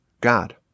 God